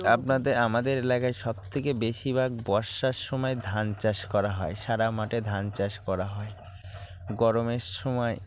আপনাদের আমাদের এলাকায় সবথেকে বেশিরভাগ বর্ষার সময় ধান চাষ করা হয় সারা মাঠে ধান চাষ করা হয় গরমের সময়